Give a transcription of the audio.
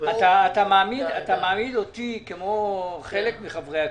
אתה מעמיד אותי, כמו חלק מחברי הכנסת,